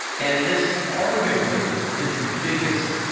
and this, arguably, is the biggest,